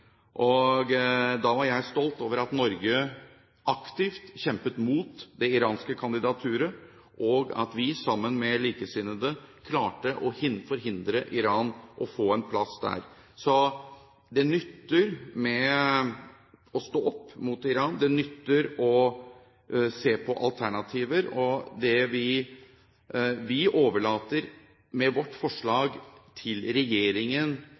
Da var jeg stolt over at Norge aktivt kjempet mot det iranske kandidaturet, og at vi sammen med likesinnede klarte å forhindre at Iran fikk en plass der. Så det nytter å stå opp mot Iran. Det nytter å se på alternativer. Vi overlater med vårt forslag til regjeringen